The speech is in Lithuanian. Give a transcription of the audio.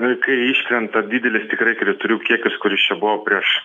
na kai iškrenta didelis tikrai kritulių kiekis kuris čia buvo prieš